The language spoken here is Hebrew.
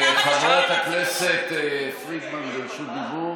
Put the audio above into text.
חברת הכנסת פרידמן ברשות דיבור.